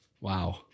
wow